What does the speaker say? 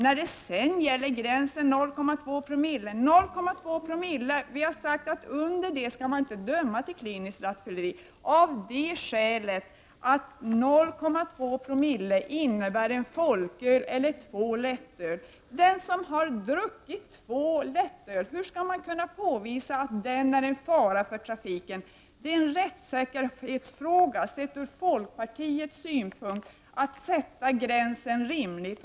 När det gäller gränsen 0,2 Zo har vi sagt att man inte skall döma för kliniskt rattfylleri under den gränsen, av det skälet att 0,2 Zco motsvarar en folköl eller två lättöl. Hur skall man kunna påvisa att den som har druckit två lättöl är en fara för trafiken? Det är en rättssäkerhetsfråga sett ur folkpartiets synpunkt att gränsen sätts där det är rimligt.